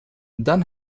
dann